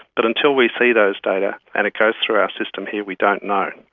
but until we see those data and it goes through our system here, we don't know.